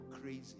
crazy